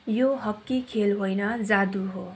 यो हकी खेल होइन जादु हो